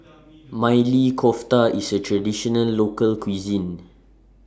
Maili Kofta IS A Traditional Local Cuisine